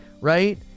right